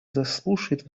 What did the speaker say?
заслушает